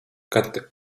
kad